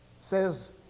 Says